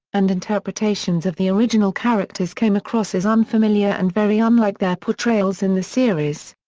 and interpretations of the original characters came across as unfamiliar and very unlike their portrayals in the series.